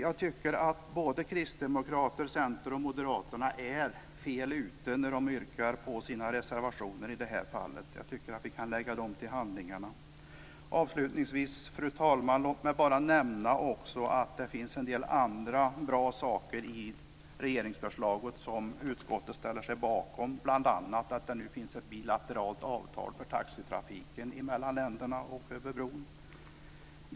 Jag tycker att Kristdemokraterna, Centern och Moderaterna är fel ute när de yrkar på sina reservationer i det här fallet och att de kan läggas till handlingarna. Fru talman! Låt mig avslutningsvis nämna att det finns en del andra bra saker i regeringsförslaget som utskottet ställer sig bakom. Det gäller bl.a. att det nu finns ett bilateralt avtal för taxitrafiken mellan länderna och över bron.